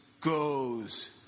goes